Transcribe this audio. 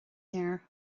léir